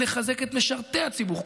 לחזק את משרתי הציבור,